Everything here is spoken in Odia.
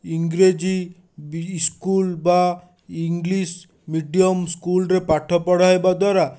ଇଂରାଜୀ ବିଜି ସ୍କୁଲ୍ ବା ଇଂଲିଶ୍ ମିଡ଼ିଅମ୍ ସ୍କୁଲ୍ରେ ପାଠ ପଢ଼ାଇବା ଦ୍ଵାରା